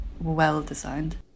well-designed